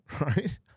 Right